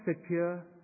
secure